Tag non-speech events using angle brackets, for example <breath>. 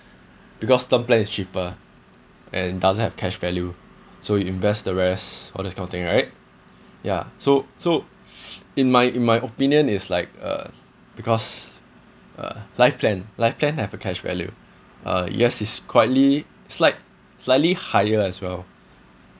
because term plan is cheaper and doesn't have cash value so we invest the rest all this kind of thing right ya so so <breath> in my in my opinion is like uh because uh life plan life plan have a cash value uh yes is quitely slight slightly higher as well